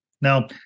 Now